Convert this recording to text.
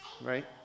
Right